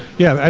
yeah,